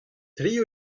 tri